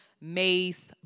Mace